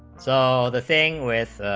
so the thing with a